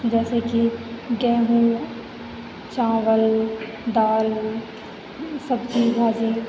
जैसे कि गेहूँ चावल दाल सब्जी भाजी